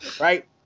right